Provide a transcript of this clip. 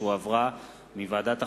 שהחזירה ועדת החוקה,